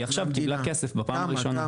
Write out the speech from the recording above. היא עכשיו קיבלה כסף בפעם הראשונה.